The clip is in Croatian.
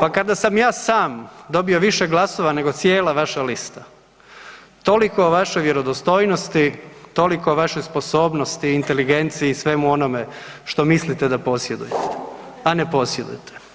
pa kada sam ja sam dobio više glasova nego cijela vaša lista, toliko o vašoj vjerodostojnosti, toliko o vašoj sposobnosti, inteligenciji i svemu onome što mislite da posjedujete, a ne posjedujete.